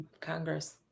Congress